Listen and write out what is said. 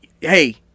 Hey